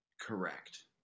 Correct